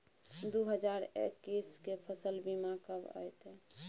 दु हजार एक्कीस के फसल बीमा कब अयतै?